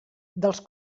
dels